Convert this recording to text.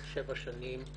שבע שנים.